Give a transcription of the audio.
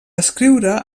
escriure